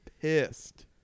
pissed